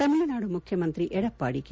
ತಮಿಳುನಾಡು ಮುಖ್ಯಮಂತ್ರಿ ಎಡಪ್ಪಾಡಿ ಕೆ